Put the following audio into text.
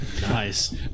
Nice